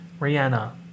Rihanna